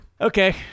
Okay